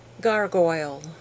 Gargoyle